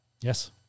Yes